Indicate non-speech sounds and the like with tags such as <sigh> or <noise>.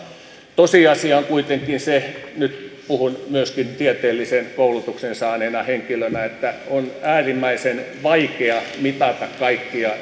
tosiasia on kuitenkin se nyt puhun myöskin tieteellisen koulutuksen saaneena henkilönä että on äärimmäisen vaikea mitata kaikkia <unintelligible>